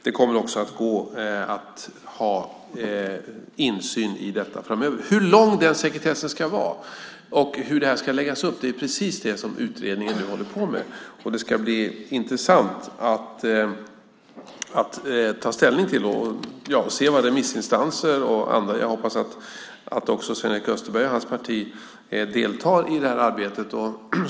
Det kommer också att gå att ha insyn i detta framöver. Hur lång den sekretessen ska vara och hur detta ska läggas upp håller utredningen nu på med. Det ska bli intressant att ta ställning. Jag hoppas att också Sven-Erik Österberg och hans parti deltar i arbetet.